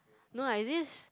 no I just